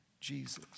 Jesus